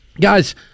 guys